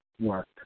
work